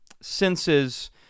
senses